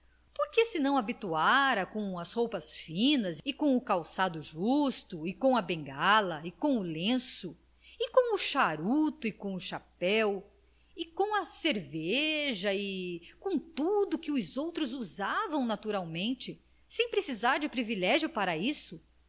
que se não habituara com as roupas finas e com o calçado justo e com a bengala e com o lenço e com o charuto e com o chapéu e com a cerveja e com tudo que os outros usavam naturalmente sem precisar de privilégio para isso